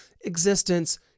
existence